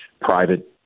private